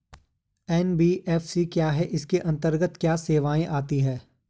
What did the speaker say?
NBFC क्या है इसके अंतर्गत क्या क्या सेवाएँ आती हैं?